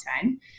time